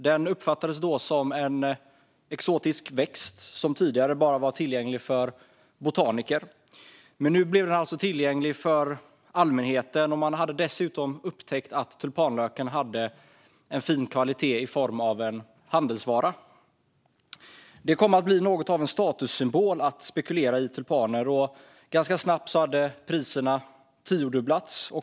Den uppfattades då som en exotisk växt och hade tidigare bara varit tillgänglig för botaniker, men nu blev den alltså tillgänglig för allmänheten. Man hade dessutom upptäckt att tulpanlöken hade fina kvaliteter som handelsvara. Det kom att bli något av en statussymbol att spekulera i tulpaner, och ganska snabbt hade priserna tiodubblats.